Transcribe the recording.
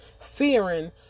fearing